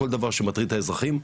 כל דבר שמטריד את האזרחים,